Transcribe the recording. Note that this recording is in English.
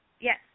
yes